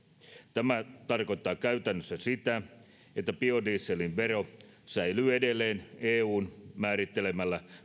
tämä tarkoittaa käytännössä sitä että biodieselin vero säilyy edelleen eun määrittelemällä